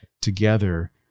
together